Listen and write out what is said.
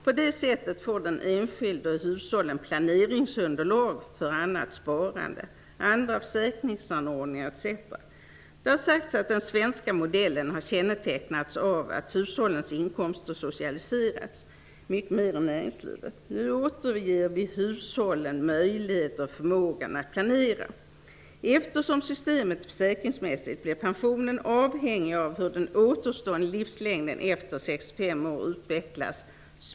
På det här sättet får den enskilde och hushållen ett ''planeringsunderlag'' för annat sparande, andra försäkringsanordningar etc. Det har sagts att den svenska modellen har kännetecknats av att hushållens inkomster ''socialiserats'' mycket mer än näringslivets inkomster. Nu återger vi hushållen möjligheten och förmågan att planera. Eftersom systemet är försäkringsmässigt blir pensionen avhängig av hur den återstående livslängden efter 65 år utvecklas.